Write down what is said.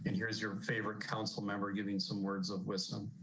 and here's your favorite council member giving some words of wisdom.